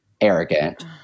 arrogant